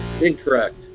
Incorrect